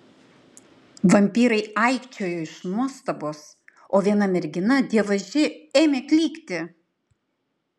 vampyrai aikčiojo iš nuostabos o viena mergina dievaži ėmė klykti